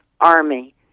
Army